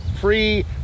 Free